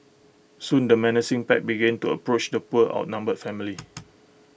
soon the menacing pack began to approach the poor outnumbered family